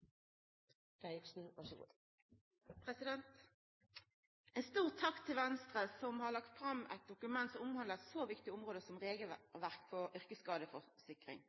stor takk til Venstre som har lagt fram eit dokument som omhandlar så viktige område som regelverk og yrkesskadeforsikring.